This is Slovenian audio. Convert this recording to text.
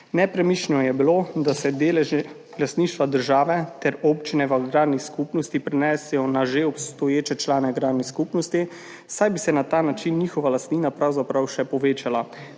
Nepremišljeno je bilo, da se deleži lastništva države ter občine v agrarni skupnosti prenesejo na že obstoječe člane agrarnih skupnosti, saj bi se na ta način njihova lastnina pravzaprav še povečala,